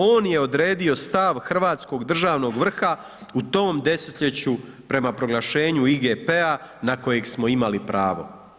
On je odredio stav hrvatskog državnog vrha u tom desetljeću prema proglašenju IGP-a na kojeg smo imali pravo.